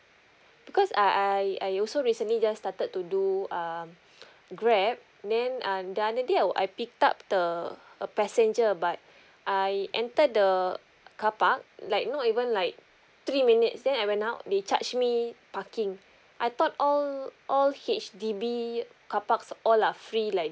because uh I I also recently just started to do um grab then um the other day I I picked up the a passenger but I entered the carpark like not even like three minutes then I went out they charge me parking I thought all all H_D_B carparks all are free like